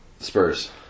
Spurs